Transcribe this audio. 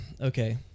Okay